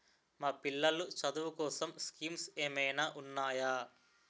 మా పిల్లలు చదువు కోసం స్కీమ్స్ ఏమైనా ఉన్నాయా?